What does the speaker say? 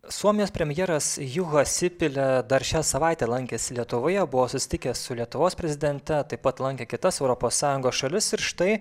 suomijos premjeras juha sipile dar šią savaitę lankėsi lietuvoje buvo susitikęs su lietuvos prezidente taip pat lankė kitas europos sąjungos šalis ir štai